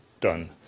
done